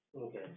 Okay